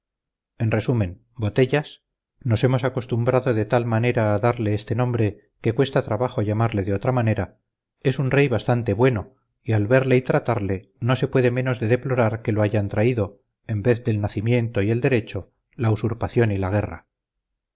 abominaciones referentes a vicios distintos del de la embriaguez pero sin negarlos rotundamente me resisto a darles crédito en resumen botellas es un rey bastante bueno y al verle y tratarle no se puede menos de deplorar que lo hayan traído en vez del nacimiento y el derecho la usurpación y la guerra